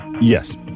yes